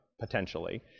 potentially